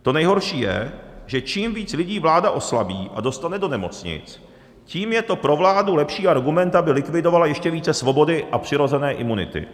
To nejhorší je, že čím víc lidí vláda oslabí a dostane do nemocnic, tím je to pro vládu lepší argument, aby likvidovala ještě více svobody a přirozené imunity.